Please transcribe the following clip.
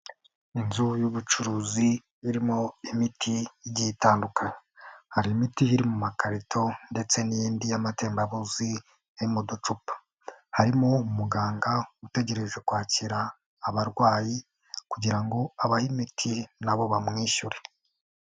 Inzu y'ubucuruzi irimo imiti igiye itandukanye, hari imiti iri mu makarito ndetse n'iyindi y'amatembabuzi iri mu ducupa, harimo umuganga utegereje kwakira abarwayi kugira ngo abahe imiti na bo bamwishyure.